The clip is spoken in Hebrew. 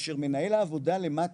כאשר מנהל העבודה למטה,